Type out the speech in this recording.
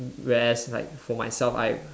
whereas like for myself I